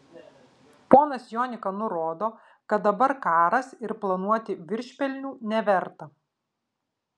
ponas jonika nurodo kad dabar karas ir planuoti viršpelnių neverta